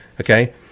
okay